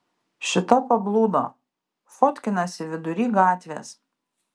šita pablūdo fotkinasi vidury gatvės